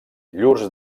llurs